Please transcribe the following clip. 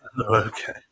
Okay